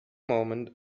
moment